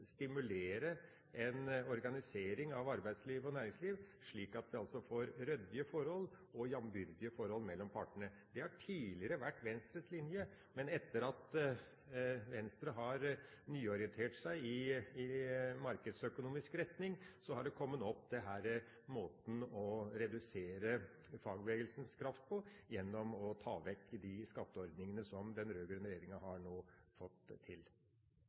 stimulere en organisering av arbeidsliv og næringsliv, slik at vi får ryddige og jambyrdige forhold mellom partene. Det har tidligere vært Venstres linje, men etter at Venstre har nyorientert seg i markedsøkonomisk retning, har denne måten å redusere fagbevegelsens kraft på kommet opp, gjennom å ta vekk de skatteordningene som den rød-grønne regjeringen nå har fått til.